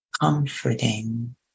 comforting